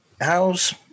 How's